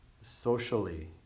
socially